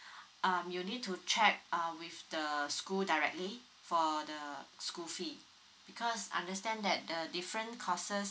um you need to check uh with the school directly for the school fee because understand that the different courses